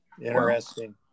interesting